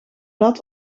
dat